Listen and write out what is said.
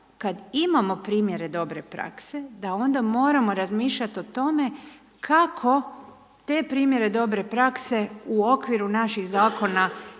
kada imamo primjere dobre prakse, da onda moramo razmišljati o tome, kako te primjere dobre prakse u okviru naših zakona